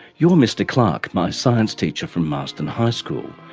you're mr clarke, my science teacher from marsden high school.